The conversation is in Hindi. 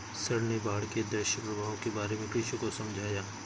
सर ने बाढ़ के दुष्प्रभावों के बारे में कृषकों को समझाया